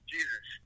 Jesus